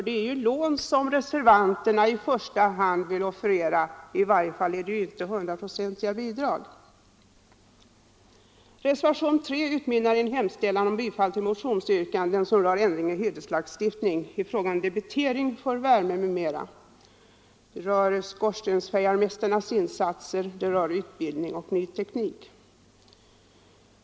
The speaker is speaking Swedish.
Det är ju lån som reservanterna i första hand vill offerera; i varje fall är det inte hundraprocentiga bidrag. Reservationen 3 utmynnar i en hemställan om bifall till motionsyrkanden som rör ändring i hyreslagstiftningen i fråga om debitering av värme m.m., skorstensfejarmästarnas insatser, utbildning och ny teknik.